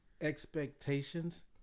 expectations